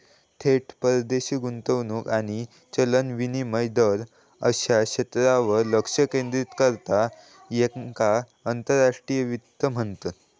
थेट परदेशी गुंतवणूक आणि चलन विनिमय दर अश्या क्षेत्रांवर लक्ष केंद्रित करता त्येका आंतरराष्ट्रीय वित्त म्हणतत